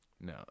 No